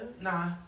Nah